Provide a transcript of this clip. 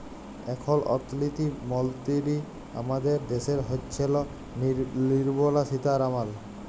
এখল অথ্থলিতি মলতিরি আমাদের দ্যাশের হচ্ছেল লির্মলা সীতারামাল